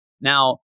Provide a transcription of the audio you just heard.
Now